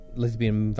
Lesbian